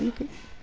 এনেকৈ